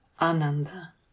ananda